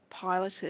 piloted